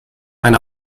eine